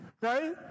right